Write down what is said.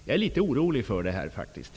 Jag är litet orolig för detta.